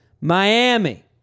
Miami